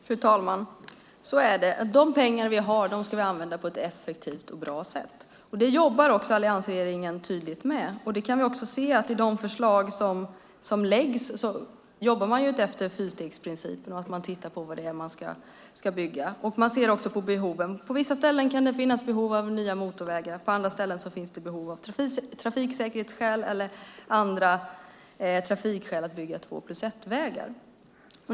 Fru talman! Ja, så är det. De pengar vi har ska vi använda på ett effektivt och bra sätt. Det jobbar alliansregeringen tydligt med. De förslag som läggs fram handlar om att jobba efter fyrstegsprincipen. Man tittar på vad det är som ska byggas. Man ser också till behoven. På vissa ställen kan det finnas behov av nya motorvägar. På andra ställen finns det behov som bygger på trafiksäkerhetsskäl eller andra trafikskäl för att bygga två-plus-ett-vägar.